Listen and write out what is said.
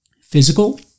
physical